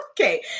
okay